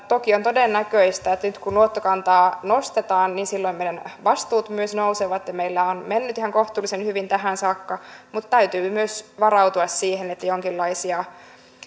toki on todennäköistä että nyt kun luottokantaa nostetaan niin silloin meidän vastuumme myös nousevat ja meillä on mennyt ihan kohtuullisen hyvin tähän saakka mutta täytyy myös varautua siihen että jonkinlaisia